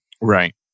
Right